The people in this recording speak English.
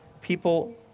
people